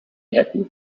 happy